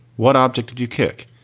what object did you kick?